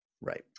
right